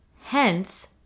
Hence